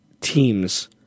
teams